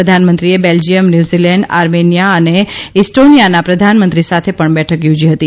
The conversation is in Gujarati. પ્રધાનમંત્રીએ લે લ્જીયમ ન્યઝીલેન્ઠ આર્મેનિયા અને ઇસ્ટોનિયાના પ્રધાનમંત્રી સાથે પણ લેઠક યોજી હતી